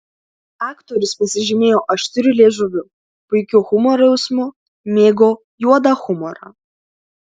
aktorius pasižymėjo aštriu liežuviu puikiu humoro jausmu mėgo juodą humorą